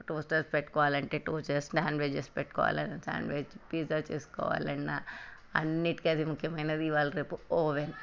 toasters పెట్టుకోవాలంటే టూ నాన్వేజస్ పెట్టుకోవాలి సాన్విచ్ పిజ్జా చేసుకోవాలన్న అన్నింటికీ అది ముఖ్యమైనది ఇవ్వాళ రేపు ఓవెన్